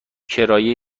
کرایه